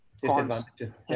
Disadvantages